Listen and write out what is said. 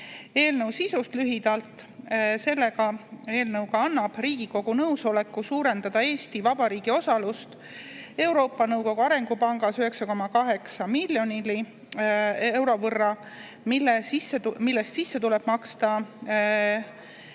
sisust lühidalt. Selle eelnõuga annab Riigikogu nõusoleku suurendada Eesti Vabariigi osalust Euroopa Nõukogu Arengupangas 9,8 miljoni euro võrra, millest sisse tuleb maksta peaaegu